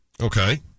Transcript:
Okay